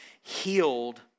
healed